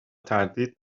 تردید